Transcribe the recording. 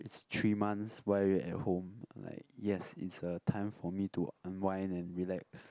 it's three months why are you at home like yes it's a time for me to unwind and relax